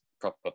proper